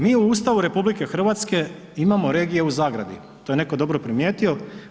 Mi u Ustavu RH imamo regije u zagradi, to je netko dobro primijetio.